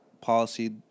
policy